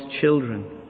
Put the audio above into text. children